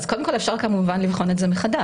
אז קודם כל, אפשר כמובן לבחון את זה מחדש.